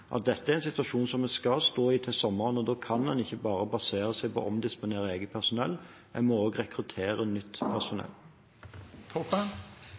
at dette er en situasjon som vi skal stå i til sommeren, og da kan en ikke bare basere seg på omdisponering av eget personell, en må også rekruttere